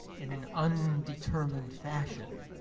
in an undetermined fashion.